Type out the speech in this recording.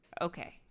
Okay